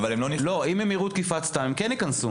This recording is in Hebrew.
אבל אם הם יראו תקיפת סתם, הם כן ייכנסו.